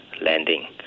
landing